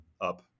up